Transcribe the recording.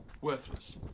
worthless